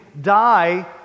die